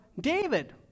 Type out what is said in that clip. David